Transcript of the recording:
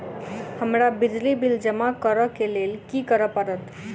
हमरा बिजली बिल जमा करऽ केँ लेल की करऽ पड़त?